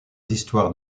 histoires